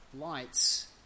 lights